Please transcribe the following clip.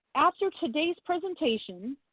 after today's presentation,